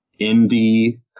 indie